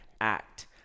act